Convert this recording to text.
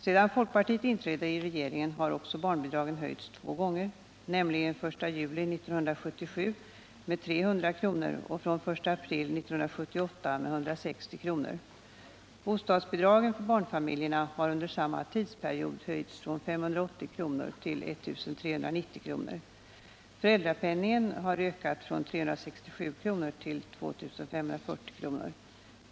Sedan folkpartiet inträdde i regeringen har 14 december 1978 också barnbidragen höjts två gånger, nämligen den 1 juli 1977 med 300 kr. och den 1 april 1978 med 160 kr. Bostadsbidragen för barnfamiljerna har under samma tidsperiod höjts från 580 kr. till 1 390 kr. Föräldrapenningen har ökat från 367 kr. till 2 540 kr.